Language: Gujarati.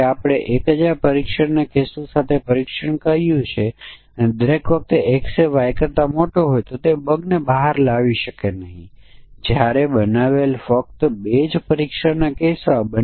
જો આપણી પાસે 1 થી 5000 ની બાઉન્ડ્રી છે તો આપણી સમકક્ષ વર્ગ 1 થી 5000 છે તેથી આ માટે બાઉન્ડ્રી વેલ્યુ કસોટીનાં કેસો હશે